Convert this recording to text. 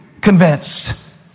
convinced